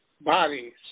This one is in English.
bodies